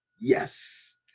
Yes